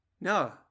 no